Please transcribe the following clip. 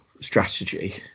strategy